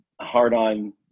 Hard-On